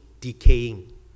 decaying